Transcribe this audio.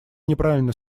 неправильно